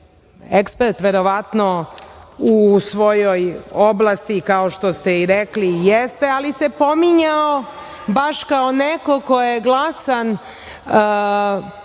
ekspert, verovatno, u svojoj oblasti, kao što ste rekli i jeste, ali se pominjao baš kao neko ko je glasan